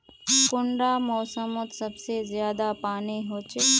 कुंडा मोसमोत सबसे ज्यादा पानी होचे?